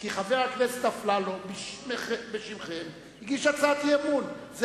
כי חבר הכנסת אפללו הגיש הצעת אי-אמון בשמכם.